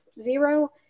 zero